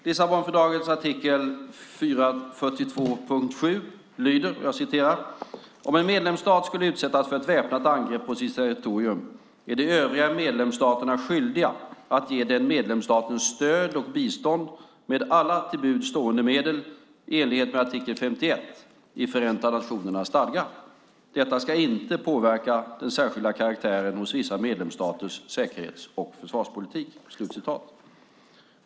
Lissabonfördragets artikel 42.7 lyder: "Om en medlemsstat skulle utsättas för ett väpnat angrepp på sitt territorium är de övriga medlemsstaterna skyldiga att ge den medlemsstaten stöd och bistånd med alla till buds stående medel i enlighet med artikel 51 i Förenta nationernas stadga. Detta ska inte påverka den särskilda karaktären hos vissa medlemsstaters säkerhets och försvarspolitik."